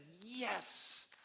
Yes